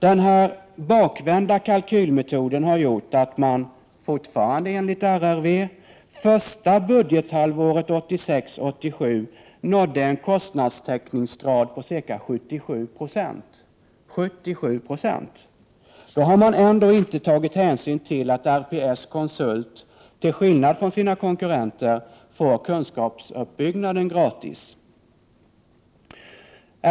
Den här bakvända kalkylmetoden har gjort att man, fortfarande enligt RRV, under första delen av budgetåret 1986/87 nådde en kostnadstäckningsgrad på ca 77 70. Då har man ändå inte tagit hänsyn till att RPS-konsult, till skillnad från sina konkurrenter, får kunskapsuppbyggnaden gratis.